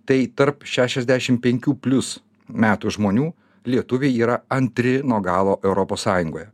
tai tarp šešiasdešim penkių plius metų žmonių lietuviai yra antri nuo galo europos sąjungoje